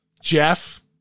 Jeff